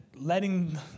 Letting